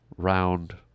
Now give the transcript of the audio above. round